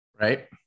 Right